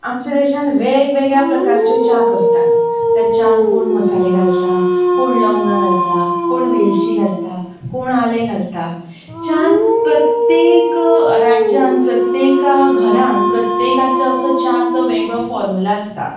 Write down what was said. आमच्या देशान वेगवेगळ्या प्रकारच्यो च्या करतात त्या च्यान कोण मसाले घालता कोण लवंगा घालता कोण वेलची घालता कोण जालें घालता च्यान प्रत्येक राज्यान प्रत्येक घरान प्रत्येकाचो च्याचो असो वेगळो फोर्मुला आसता